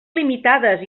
limitades